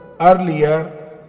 earlier